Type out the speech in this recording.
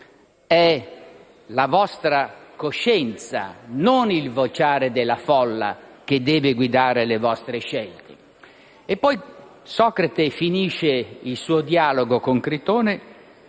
È la coscienza, non il vociare della folla che deve guidare le scelte. Poi Socrate finisce il suo dialogo con Critone